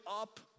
up